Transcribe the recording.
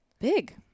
big